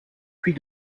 puis